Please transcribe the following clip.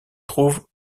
trouve